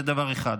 זה דבר אחד.